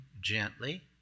gently